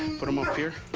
put them up here.